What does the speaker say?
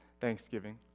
Thanksgiving